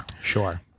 Sure